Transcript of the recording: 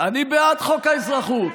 אני בעד חוק האזרחות,